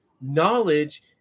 knowledge